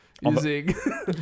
Using